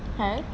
okay